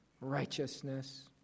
righteousness